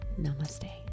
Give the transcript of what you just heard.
Namaste